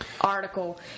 article